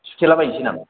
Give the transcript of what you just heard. सुथेलाबायनोसै नामा